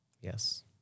Yes